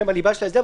שהן הליבה של ההסדר,